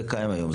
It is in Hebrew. זה קיים היום.